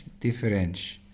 diferentes